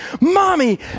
mommy